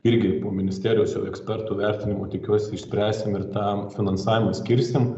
irgi po ministerijos jau ekspertų vertinimo tikiuosi išspręsim ir tam finansavimą skirsim